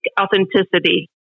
authenticity